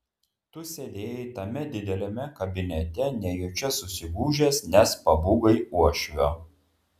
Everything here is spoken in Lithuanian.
tu sėdėjai tame dideliame kabinete nejučia susigūžęs nes pabūgai uošvio